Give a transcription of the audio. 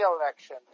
election